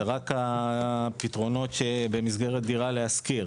זה רק פתרונות במסגרת של דירה להשכיר,